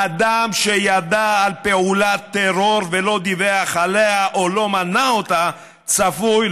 אדם שידע על פעולת טרור ולא דיווח עליה או לא מנע אותה צפוי,